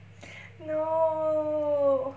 no